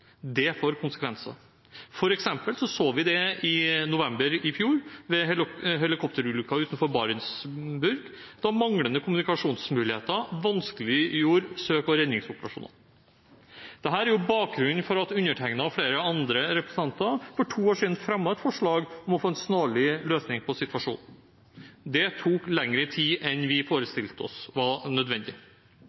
Det får konsekvenser. Det så vi f.eks. i november i fjor, ved helikopterulykken utenfor Barentsburg, da manglende kommunikasjonsmuligheter vanskeliggjorde søk- og redningsoperasjonen. Dette er bakgrunnen for at undertegnede og flere andre representanter for to år siden fremmet et forslag om å få en snarlig løsning på situasjonen. Det tok lengre tid enn vi hadde forestilt oss var nødvendig.